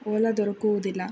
Ola ದೊರಕುವುದಿಲ್ಲ